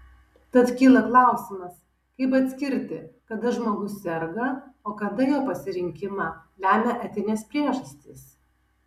tad kyla klausimas kaip atskirti kada žmogus serga o kada jo pasirinkimą lemia etinės priežastys